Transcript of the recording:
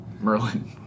Merlin